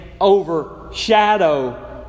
overshadow